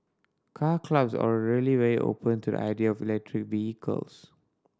Car Clubs are really very open to the idea of electric vehicles